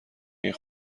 این